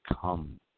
come